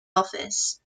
office